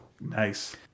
Nice